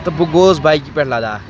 تہٕ بہٕ گوس بایکہِ پٮ۪ٹھ لداخ